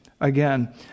again